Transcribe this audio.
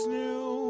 new